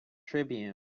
tribune